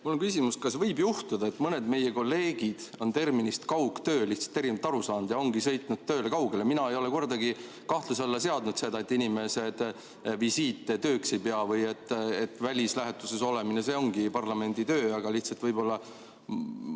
Mul on küsimus: kas võib juhtuda, et mõned meie kolleegid on terminist "kaugtöö" lihtsalt erinevalt aru saanud ja ongi sõitnud tööle kaugele? Mina ei ole kordagi kahtluse alla seadnud seda, et inimesed visiite tööks ei pea või et välislähetuses olemine ei oleks parlamendi töö. Lihtsalt mulle